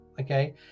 Okay